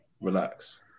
relax